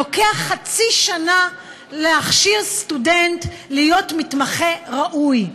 לוקח חצי שנה להכשיר סטודנט להיות מתמחה ראוי,